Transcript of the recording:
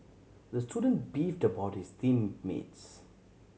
the student beefed about his team mates